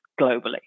globally